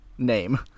Name